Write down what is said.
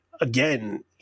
again